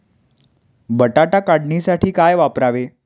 बटाटा काढणीसाठी काय वापरावे?